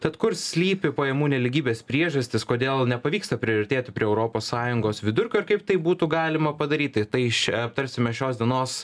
tad kur slypi pajamų nelygybės priežastys kodėl nepavyksta priartėti prie europos sąjungos vidurkio ir kaip tai būtų galima padaryti tai šia aptarsime šios dienos